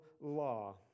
law